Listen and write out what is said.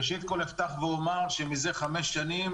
ראשית אפתח ואומר שמזה חמש שנים,